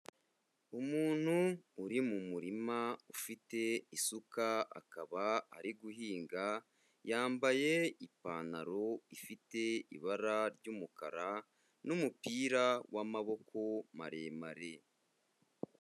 Umuntu uri mu murima ufite isuka akaba ari guhinga, yambaye ipantaro ifite ibara ry'umukara n'umupira w'amaboko maremare.